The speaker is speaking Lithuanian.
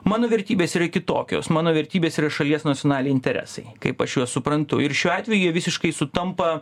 mano vertybės yra kitokios mano vertybės yra šalies nacionaliai interesai kaip aš juos suprantu ir šiuo atveju jie visiškai sutampa